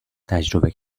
تجربه